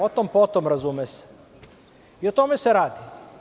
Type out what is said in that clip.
O tom po tom, razume se, i o tome se radi.